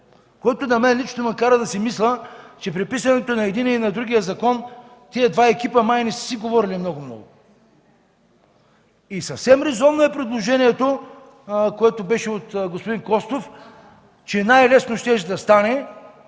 което мен лично ме кара да си мисля, че при писането на единия и на другия закон тези два екипа май не са си говорили много-много. И съвсем резонно е предложението от господин Костов, че най-лесно щеше да стане